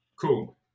cool